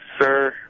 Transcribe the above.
sir